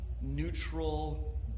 neutral